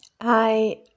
Hi